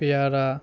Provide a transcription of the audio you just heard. পেয়ারা